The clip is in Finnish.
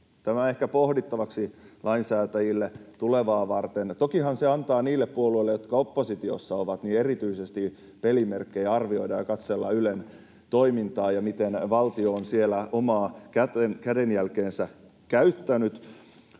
tämä ehkä pohdittavaksi lainsäätäjille tulevaa varten. Tokihan se antaa erityisesti niille puolueille, jotka oppositiossa ovat, pelimerkkejä arvioida ja katsella Ylen toimintaa ja sitä, miten valtio on siellä omaa kädenjälkeänsä käyttänyt,